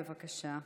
בבקשה.